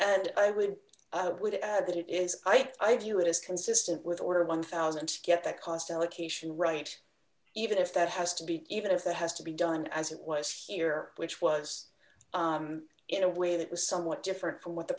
and i would would add that it is i view it as consistent with ordered one thousand dollars get the cost allocation right even if that has to be even if it has to be done as it was here which was in a way that was somewhat different from what the